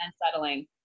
Unsettling